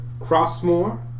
Crossmore